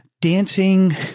dancing